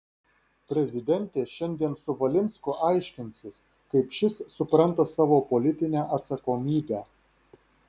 prezidentė šiandien su valinsku aiškinsis kaip šis supranta savo politinę atsakomybę